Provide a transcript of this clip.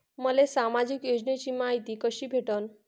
मले सामाजिक योजनेची मायती कशी भेटन?